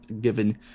given